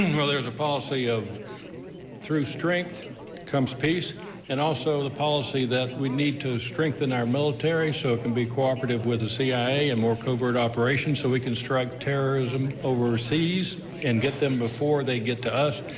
well, there's a policy of through strength comes peace and also the policy that we need to strengthen our military so it can be cooperative with the cia and more covert operations so we can strike terrorism overseas and get them before they get to us.